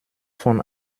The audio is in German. von